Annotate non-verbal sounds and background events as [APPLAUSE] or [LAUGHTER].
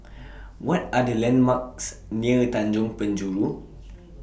[NOISE] What Are The landmarks near Tanjong Penjuru